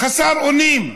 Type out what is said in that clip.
חסר אונים,